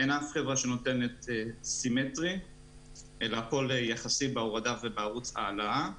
אין אף חברה שנותנת סימטרי והכל יחסי בהורדה ובערוץ העלאה.